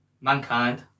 Mankind